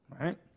right